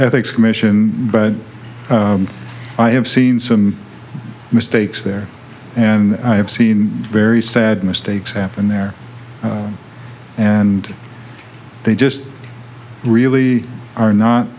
ethics commission but i have seen some mistakes there and i have seen very sad mistakes happen there and they just really are not